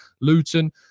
Luton